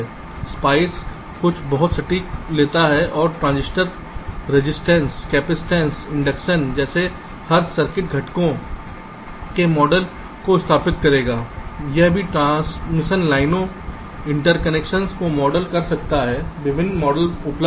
spice कुछ बहुत सटीक लेता है और ट्रांजिस्टर प्रतिरोध resistance कैपेसिटेंस इंडक्शन जैसे हर सर्किट घटकों के मॉडल को स्थापित करेगा यह भी ट्रांसमिशन लाइनों इंटरकनेक्शन्स को मॉडल कर सकता है विभिन्न मॉडल उपलब्ध हैं